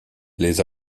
les